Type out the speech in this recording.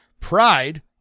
Pride